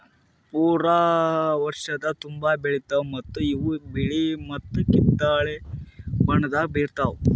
ಪೂರಾ ವರ್ಷದ ತುಂಬಾ ಬೆಳಿತಾವ್ ಮತ್ತ ಇವು ಬಿಳಿ ಮತ್ತ ಕಿತ್ತಳೆ ಬಣ್ಣದಾಗ್ ಇರ್ತಾವ್